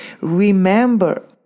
Remember